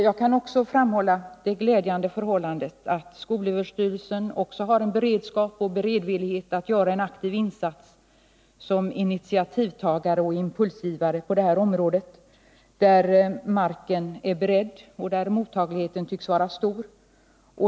Jag kan också framhålla det glädjande förhållandet att skolöverstyrelsen har en beredskap och beredvillighet att göra en aktiv insats som initiativtagare och impulsgivare på detta område, där marken är beredd och mottagligheten tycks vara stor.